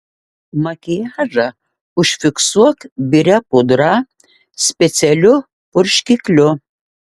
makiažą užfiksuok biria pudra specialiu purškikliu